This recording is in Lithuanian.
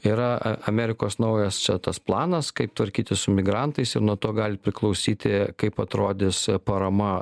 yra amerikos naujasčia tas planas kaip tvarkytis su migrantais ir nuo to gali priklausyti kaip atrodys parama